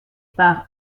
par